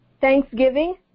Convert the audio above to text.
Thanksgiving